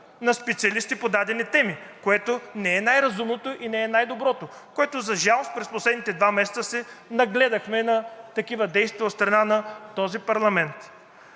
на специалисти по дадени теми, което не е най-разумното и не е най-доброто. За жалост, през последните два месеца се нагледахме на такива действия от страна на този парламент.